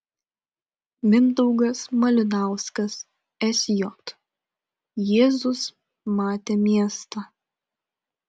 mindaugas malinauskas sj jėzus matė miestą